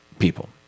People